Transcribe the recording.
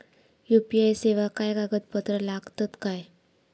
UPI सेवाक काय कागदपत्र लागतत काय?